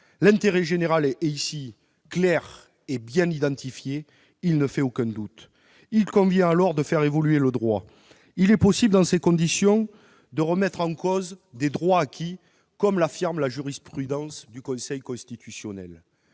d'intérêt général est ici clair et bien identifié ; il ne fait aucun doute. Il convient dès lors de faire évoluer le droit. Il est possible, dans ces conditions, de remettre en cause des droits acquis, comme l'indique la jurisprudence du Conseil constitutionnel.